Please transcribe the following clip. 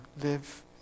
live